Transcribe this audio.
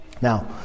Now